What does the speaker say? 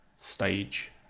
stage